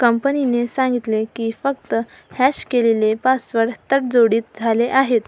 कंपनीने सांगितले की फक्त हॅश केलेले पासवर्ड तडजोडित झाले आहेत